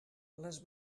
les